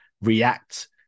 react